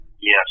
Yes